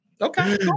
Okay